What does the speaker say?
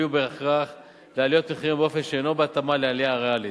תביא בהכרח לעליות מחירים באופן שאינו בהתאמה לעלייה הריאלית,